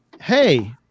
Hey